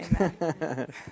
Amen